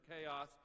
chaos